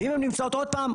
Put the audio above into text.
ואם הן נמצאות עוד פעם,